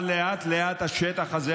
אבל לאט-לאט השטח הזה,